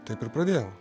taip ir pradėjau